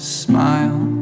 smile